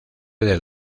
del